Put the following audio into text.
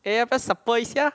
eh 要不要 support 一下